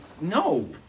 No